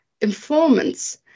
informants